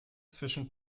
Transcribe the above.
zwischen